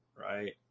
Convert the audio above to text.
Right